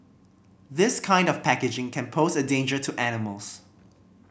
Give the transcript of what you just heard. this kind of packaging can pose a danger to animals